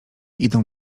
idą